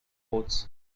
ports